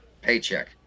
paycheck